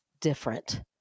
different